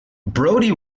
brodie